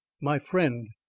my friend!